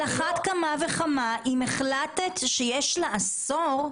אחת כמה וכמה אם החלטת שיש לאסור,